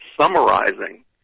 summarizing